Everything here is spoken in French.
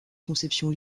conception